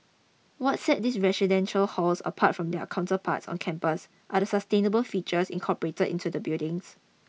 what set these residential halls apart from their counterparts on campus are the sustainable features incorporated into the buildings